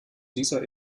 dieser